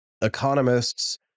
economists